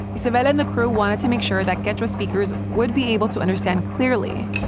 isabela and the crew wanted to make sure that quechua speakers would be able to understand clearly,